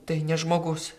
tai ne žmogus